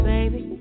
Baby